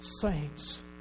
saints